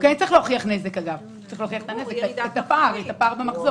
הוא כן צריך להוכיח נזק, את הפער במחזור.